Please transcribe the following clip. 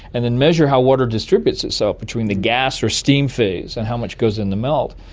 and then measure how water distributes itself between the gas or steam phase and how much goes in the melt,